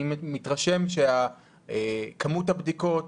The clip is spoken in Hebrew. אני מתרשם שכמות הבדיקות,